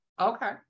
Okay